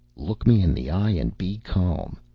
look me in the eye, and be calm.